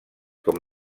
com